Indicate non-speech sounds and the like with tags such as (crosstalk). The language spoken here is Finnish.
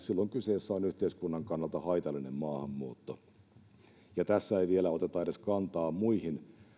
(unintelligible) silloin kyseessä on yhteiskunnan kannalta haitallinen maahanmuutto tässä ei vielä oteta edes kantaa muihin